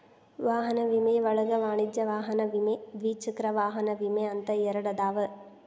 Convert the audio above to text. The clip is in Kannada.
ವಾಹನ ವಿಮೆ ಒಳಗ ವಾಣಿಜ್ಯ ವಾಹನ ವಿಮೆ ದ್ವಿಚಕ್ರ ವಾಹನ ವಿಮೆ ಅಂತ ಎರಡದಾವ